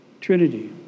Trinity